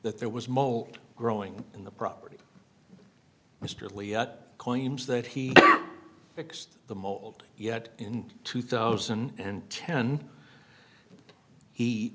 that there was mold growing in the property mr lee claims that he fixed the mold yet in two thousand and ten he